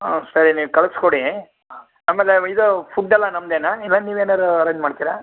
ಹಾಂ ಸರಿ ನೀವು ಕಳ್ಸಿ ಕೊಡಿ ಆಮೇಲೆ ಇದು ಫುಡ್ಡೆಲ್ಲ ನಮ್ದೇನಾ ಇಲ್ಲ ನೀವೇನಾರು ಅರೆಂಜ್ ಮಾಡ್ತಿರಾ